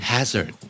Hazard